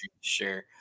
Sure